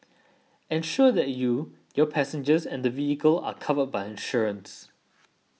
ensure that you your passengers and the vehicle are covered by insurance